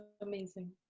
amazing